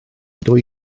dwy